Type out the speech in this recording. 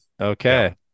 Okay